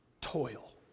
toil